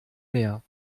meer